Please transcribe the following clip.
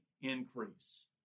increase